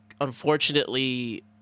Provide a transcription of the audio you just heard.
unfortunately